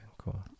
cool